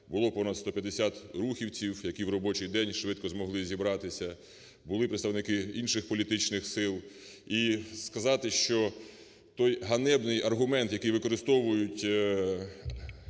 було понад 150 рухівців, які в робочий день швидко змогли зібратися, були представники інших політичних сил. І сказати, що той ганебний аргумент, який використовують